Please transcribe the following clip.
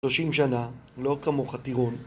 30 שנה לא כמוך טירון